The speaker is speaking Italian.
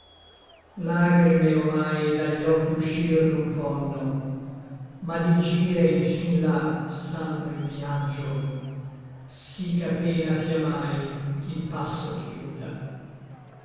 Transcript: lagrime omai da gli occhi uscir non ponno ma di gire infin là sanno il vïaggio sí ch'a pena fia mai ch'i l passo chiuda